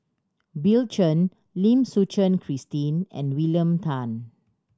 Bill Chen Lim Suchen Christine and William Tan